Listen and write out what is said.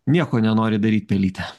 nieko nenori daryt pelytė